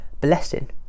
blessing